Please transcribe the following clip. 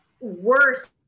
worse